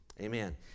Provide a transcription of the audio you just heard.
Amen